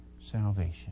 salvation